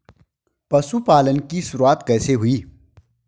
पशुपालन की शुरुआत कैसे हुई?